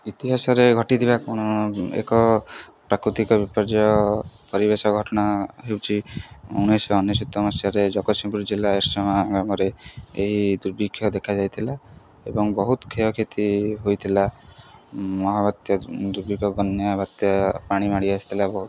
ଇତିହାସରେ ଘଟିଥିବା କ'ଣ ଏକ ପ୍ରାକୃତିକ ବିପର୍ଯ୍ୟୟ ପରିବେଶ ଘଟଣା ହେଉଛି ଉଣେଇଶିଶହ ଅନେଶତ ମସିହାରେ ଜଗତସିଂହପୁର ଜିଲ୍ଲା ଏରଶମା ଗ୍ରାମରେ ଏହି ଦୁର୍ଭିକ୍ଷ ଦେଖାଯାଇଥିଲା ଏବଂ ବହୁତ କ୍ଷୟକ୍ଷତି ହୋଇଥିଲା ମହାବାତ୍ୟା ଦୁର୍ଭିକ୍ଷ ବନ୍ୟା ବାତ୍ୟା ପାଣି ମାଡ଼ି ଆସିଥିଲା ବହୁତ